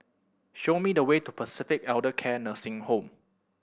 show me the way to Pacific Elder Care Nursing Home